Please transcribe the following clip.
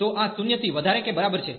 તો આ 0 થી વધારે કે બરાબર છે